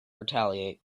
retaliate